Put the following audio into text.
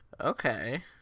Okay